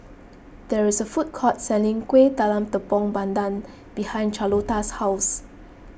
there is a food court selling Kuih Talam Tepong Pandan behind Charlotta's house